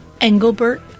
Engelbert